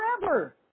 forever